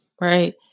right